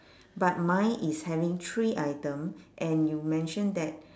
but mine is having three item and you mention that